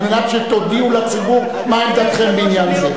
על מנת שתודיעו לציבור מה עמדתכם בעניין זה.